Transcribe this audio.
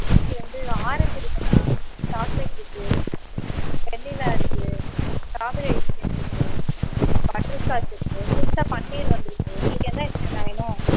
இங்கே வந்து ஆரஞ்சு இருக்குண்ணா சாக்லேட் இருக்கு வெண்ணிலா இருக்கு ஸ்ட்ராபெரி ஐஸ்கிரீம் இருக்கு பட்டர்ஸ்காட்ச் இருக்கு புதுசாக பன்னீர் வந்துயிருக்கு உங்குளுக்கு என்ன ஐஸ்கிரீம்ண்ணா வேணும்